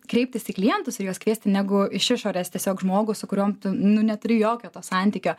kreiptis į klientus ir juos kviesti negu iš išorės tiesiog žmogų su kuriuo nu neturi jokio to santykio